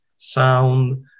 sound